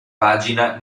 pagina